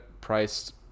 priced